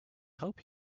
help